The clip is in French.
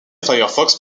firefox